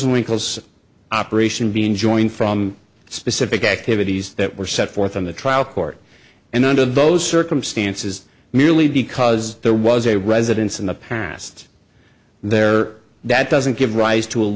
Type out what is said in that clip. nwinkel operation be enjoined from specific activities that were set forth in the trial court and under those circumstances merely because there was a residence in the past there that doesn't give rise to